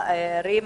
רבה.